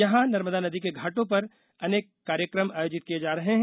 यहाँ नर्मदा नदी के घाटों पर अनेक कार्यक्रम आयोजित किए जा रहे हैं